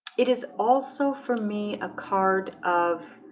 it is also for me a card of